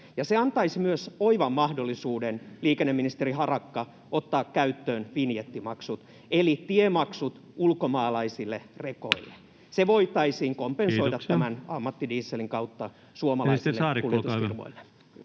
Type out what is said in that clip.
Se antaisi myös oivan mahdollisuuden, liikenneministeri Harakka, ottaa käyttöön vinjettimaksut eli tiemaksut ulkomaalaisille rekoille. Se voitaisiin kompensoida [Puhemies: Kiitoksia!] tämän ammattidieselin kautta suomalaisille kuljetusfirmoille.